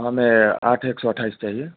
हमें आठ एक सौ अट्ठाईस चाहिए